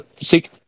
seek